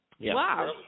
Wow